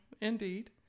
Indeed